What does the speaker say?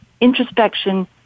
introspection